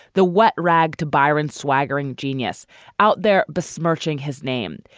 the wet rag to biron swaggering genius out there. besmirching his name.